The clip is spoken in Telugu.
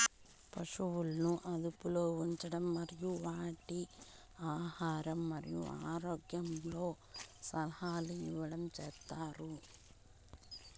పసువులను అదుపులో ఉంచడం మరియు వాటి ఆహారం మరియు ఆరోగ్యంలో సలహాలు ఇవ్వడం చేత్తారు